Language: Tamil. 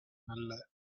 நல்ல